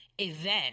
event